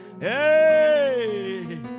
Hey